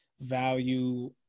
value